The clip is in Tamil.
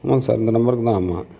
ஆமாங்க சார் இந்த நம்பருக்குதான் ஆமாம்